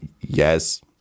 Yes